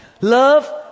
Love